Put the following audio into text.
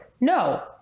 No